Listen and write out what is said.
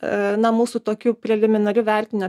a na mūsų tokiu preliminariu vertinine